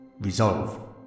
resolve